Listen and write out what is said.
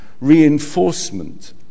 reinforcement